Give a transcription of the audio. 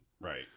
Right